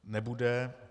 Nebude.